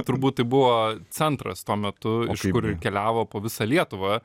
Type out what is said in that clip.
turbūt tai buvo centras tuo metu iš kur ir keliavo po visą lietuvą